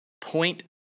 point